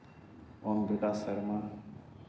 Om Prakash Sharma